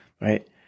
right